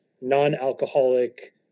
non-alcoholic